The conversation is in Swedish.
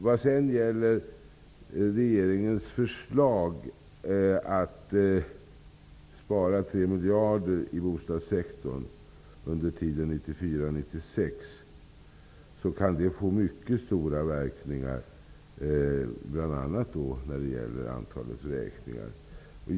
Vad sedan gäller regeringens förslag att spara 3 miljarder i bostadssektorn under tiden 1994--1996, kan det få mycket stora verkningar, bl.a. när det gäller antalet vräkningar.